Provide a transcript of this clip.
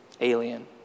alien